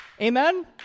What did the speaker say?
Amen